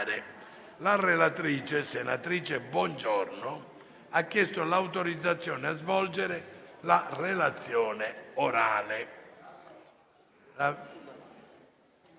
La relatrice, senatrice Bongiorno, ha chiesto l'autorizzazione a svolgere la relazione orale.